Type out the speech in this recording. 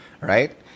right